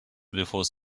before